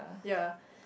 ya